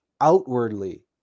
outwardly